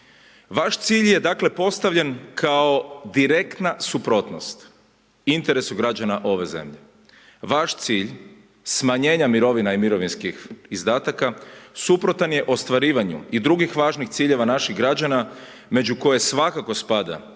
Vaš cilj je dakle postavljen kao direktna suprotnost interesu građana ove zemlje. Vaš cilj smanjenja mirovina i mirovinskih izdataka suprotan je ostvarivanju i drugih važnih ciljeva naših građana među koje svakako spada